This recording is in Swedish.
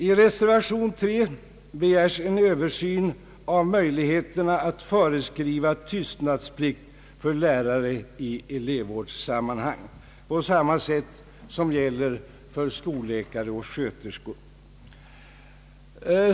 I reservationen 3 begärs en översyn av möjligheterna att föreskriva tystnadsplikt för lärare i elevvårdssammanhang på samma sätt som gäller för skolläkare och sköterskor.